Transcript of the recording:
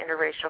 interracial